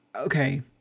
okay